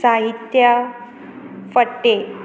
साहित्या फडते